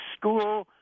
school